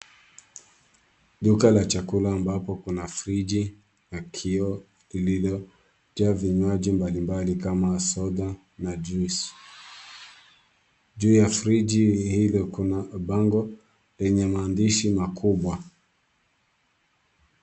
Duka la chakula ambapo kuna friji ya kioo lililojaa vinywaji mbalimbali kama soda na juice . Juu ya friji hilo kuna bango yenye maandishi makubwa.